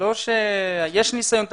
יש ניסיון תעסוקתי.